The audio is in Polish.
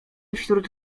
wśród